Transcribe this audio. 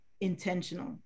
intentional